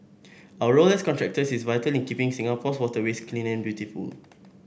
our role as contractors is vital in keeping Singapore's waterways clean and beautiful